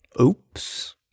Oops